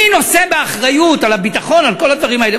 מי נושא באחריות על הביטחון ועל כל הדברים האלה?